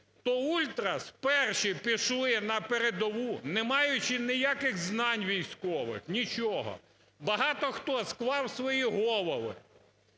то ультрас перші пішли на передову, не маючи ніяких знань військових, нічого, багато хто склав свої голови.